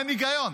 אין היגיון.